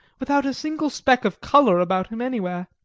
without a single speck of colour about him anywhere.